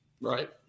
Right